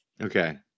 Okay